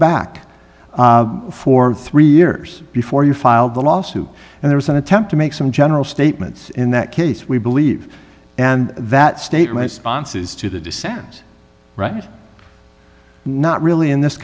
back for three years before you filed the lawsuit and there was an attempt to make some general statements in that case we believe and that statement sponsors to the descends right not really in this